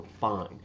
fine